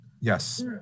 Yes